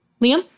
liam